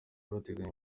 bateraniye